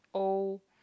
old